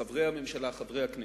חברי הממשלה, חברי הכנסת,